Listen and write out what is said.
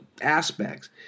aspects